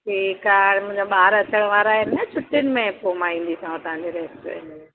ठीकु आहे हाणे मुंहिंजा ॿार अचण वारा आहिनि न छुट्टियुनि में पोइ मां ईंदीसांव तव्हांजे रेस्टोरेंट में